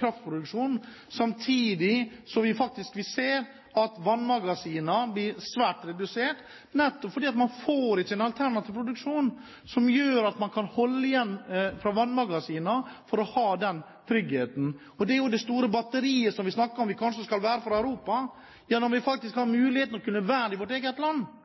kraftproduksjon, og det at vi faktisk ser at vannmagasinene blir svært redusert, nettopp fordi man ikke får en alternativ produksjon som gjør at man kan holde igjen fra vannmagasinene for å få den tryggheten. Det er jo det store batteriet vi snakker om, som vi kanskje skal være for Europa. Når vi faktisk har muligheten til å være det i vårt eget land,